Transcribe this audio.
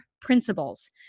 principles